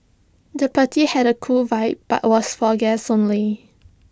the party had A cool vibe but was for guests only